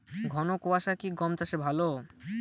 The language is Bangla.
ঘন কোয়াশা কি গম চাষে ভালো?